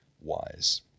wise